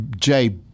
Jay